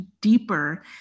deeper